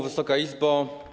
Wysoka Izbo!